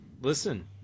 listen